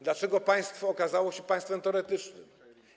Dlaczego państwo okazało się państwem teoretycznym?